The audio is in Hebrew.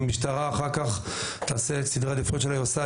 המשטרה אחר כך תעשה את סדרי העדיפויות שהיא עושה,